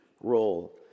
role